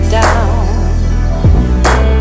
down